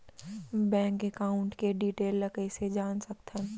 Bank account के detail ल कइसे जान सकथन?